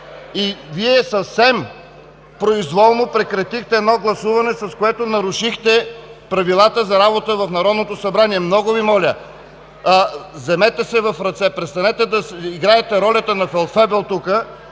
а Вие съвсем произволно прекратихте едно гласуване, с което нарушихте правилата за работа на Народно събрание. Много Ви моля, вземете се в ръце! Престанете да играете ролята на фелдфебел тук!